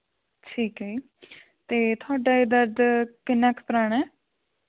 ਠੀਕ ਹੈ ਅਤੇ ਤੁਹਾਡਾ ਇਹ ਦਰਦ ਕਿੰਨਾ ਕੁ ਪੁਰਾਣਾ ਹੈ